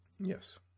Yes